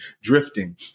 drifting